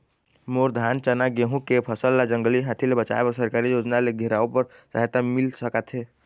मोर धान चना गेहूं के फसल ला जंगली हाथी ले बचाए बर सरकारी योजना ले घेराओ बर सहायता मिल सका थे?